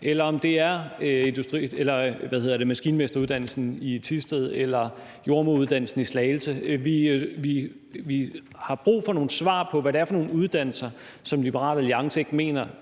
eller om det er maskinmesteruddannelsen i Thisted eller jordemoderuddannelsen i Slagelse. Vi har brug for nogle svar på, hvad det er for nogle uddannelser, som Liberal Alliance ikke mener